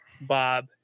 Bob